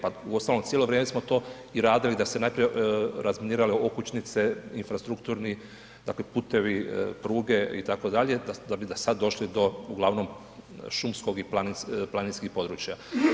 Pa uostalom cijelo vrijeme smo to i radili da su se najprije razminirale okućnice, infrastrukturni dakle putevi, pruge itd., da bi sad došli do uglavnom šumskog i planinskih područja.